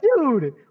dude